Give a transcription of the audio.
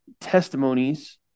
testimonies